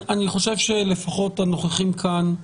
אני חושב שלפחות הנוכחים כאן,